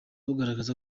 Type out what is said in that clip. bugaragaza